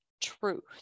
truth